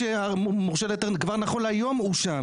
שהמורשה להיתר כבר נכון להיום הואשם.